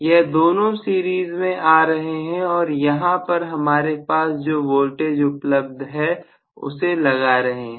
यह दोनों सीरीज में आ रहे हैं और यहां पर हमारे पास जो वोल्टेज उपलब्ध है उसे लगा रहे हैं